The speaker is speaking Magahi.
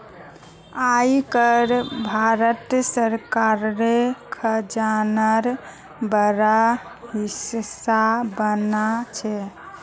आय कर भारत सरकारेर खजानार बड़ा हिस्सा बना छे